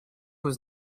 was